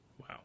Wow